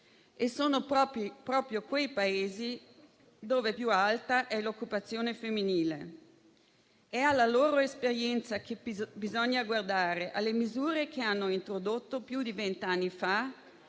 e sono proprio quei Paesi dove è più alta l'occupazione femminile. È alla loro esperienza che bisogna guardare, alle misure che hanno introdotto, più di vent'anni fa,